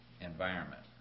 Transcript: environment